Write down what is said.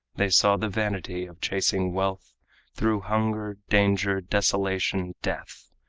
they saw the vanity of chasing wealth through hunger, danger, desolation, death.